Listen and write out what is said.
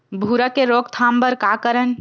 भूरा के रोकथाम बर का करन?